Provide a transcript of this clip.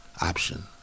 option